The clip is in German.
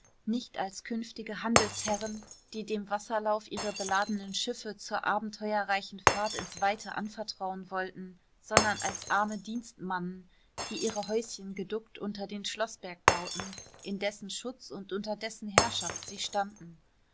nicht als künftige handelsherren die dem wasserlauf ihre beladenen schiffe zur abenteuerreichen fahrt ins weite anvertrauen wollten sondern als arme dienstmannen die ihre häuschen geduckt unter den schloßberg bauten in dessen schutz und unter dessen herrschaft sie standen